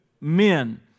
men